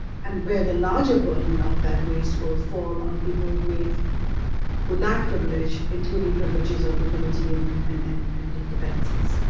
and where the larger burden of that waste will fall on people with who lack privilege, including privileges of ability and and and and dependencies.